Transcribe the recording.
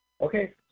Okay